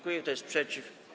Kto jest przeciw?